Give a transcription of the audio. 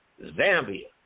Zambia